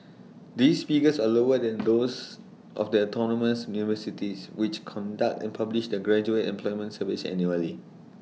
these figures are lower than those of the autonomous universities which conduct and publish their graduate employment surveys annually